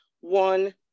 one